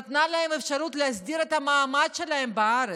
נתנה להם אפשרות להסדיר את המעמד שלהם בארץ.